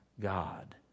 God